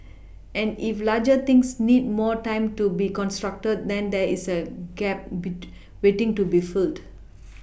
and if larger things need more time to be constructed then there's a gap waiting to be filled